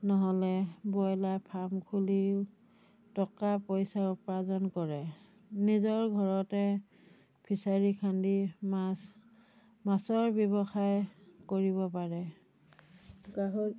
নহ'লে broiler farm খুলিও টকা পইচা উপাৰ্জন কৰে নিজৰ ঘৰতে ফিচাৰী খান্দি মাছ মাছৰ ব্যৱসায় কৰিব পাৰে গাহৰি